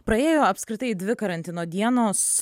praėjo apskritai dvi karantino dienos